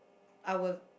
our